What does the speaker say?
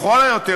לכל היותר,